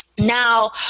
Now